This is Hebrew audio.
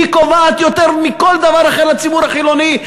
היא קובעת יותר מכל דבר אחר לציבור החילוני,